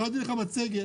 הכנתי לך מצגת,